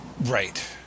Right